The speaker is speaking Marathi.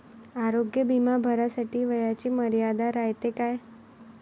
आरोग्य बिमा भरासाठी वयाची मर्यादा रायते काय?